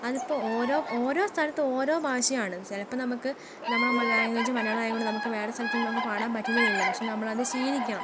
അതിപ്പോൾ ഓരോ ഓരോ സ്ഥലത്ത് ഓരോ ഭാഷയാണ് ചിലപ്പം നമുക്ക് നമ്മുടെ മല ലാംഗ്വേജ് മലയാളമായത് കൊണ്ട് നമുക്ക് വേറെ സ്ഥലത്തു നിന്ന് നമുക്ക് പാടാൻ പറ്റിന്ന് വരില്ല പക്ഷേ നമ്മളത് ശീലിക്കണം